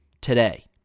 today